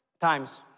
times